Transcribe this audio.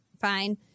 fine